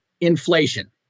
inflation